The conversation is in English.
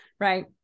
right